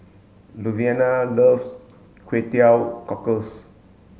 luvenia loves kway teow cockles